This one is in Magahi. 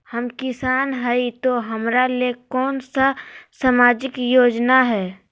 हम किसान हई तो हमरा ले कोन सा सामाजिक योजना है?